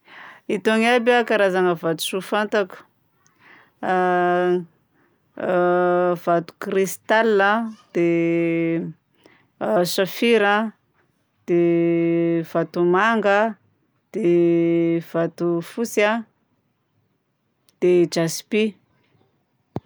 Itony aby a karazagna vatosoa fantako: vato crystal a, dia saphir a, dia vatomanga, dia vatofotsy a, dia jaspi.